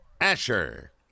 Asher